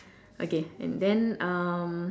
okay and then um